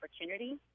opportunity